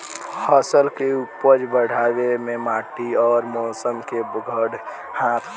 फसल के उपज बढ़ावे मे माटी अउर मौसम के बड़ हाथ होला